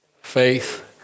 faith